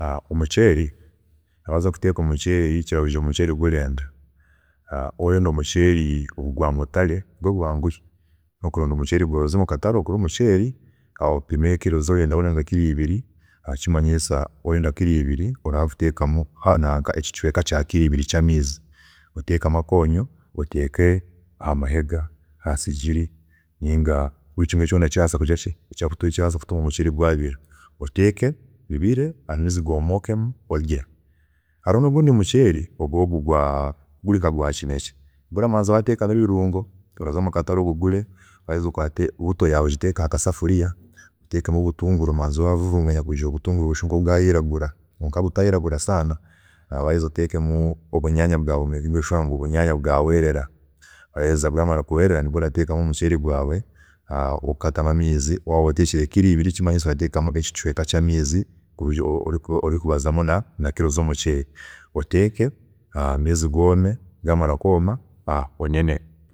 Omuceeri, waaza kuteeka omuceeri kirarugiirira omuceeri ogworenda, waaba orenda omuceeri ogwa mutare ogwe gwe gwanguhi, nokuronda omuceeri gwaawe, oze mukatare ogure omuceeri, opime kiro ezi renda, waaba orenda kiro ibiri kimanyiisa waaba orenda kiro ibiri, oraza kuteekamu ekicweeka kya kiro ibiri zamaizi oteekemu akonyo, oteeke ahamahega, ahasigiri ninga buri imwe kyoona ekirabaasa kutuma omuceeri gwa bira, oteeke bibire, amaizi gomookemu orye, hariho nogundi muceeri gwe guri nka gwakinekye, gwe orabanza wateekamu ebirungo, oraza mukatare obigure, waheza okwaate buto yaawe ogiteeke ahakasafuriya, oteekemu obutnguru obanze wavurunganya kugira ngu bushushe nkobwayiragura, kwonka butayiragura saana reero otekemu obunyaanya bwaawe oreebe ngu obunyaanya bwahweerera, waheza bwamara kuhwerera oteekemu omuceeri gwawe okatamu amaizi, waaba oteekire kiro ibiri ekimanyiisa orateekamu ekicweeka kiringana na kiro zomuceeri, oteeke amaizi goome, gaheza kuhweerera onene.